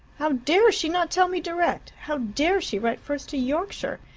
how dare she not tell me direct! how dare she write first to yorkshire!